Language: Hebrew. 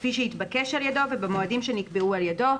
כפי שהתבקש על ידו ובמועדים שנקבעו על ידו".